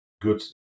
good